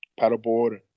paddleboard